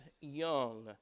young